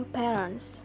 parents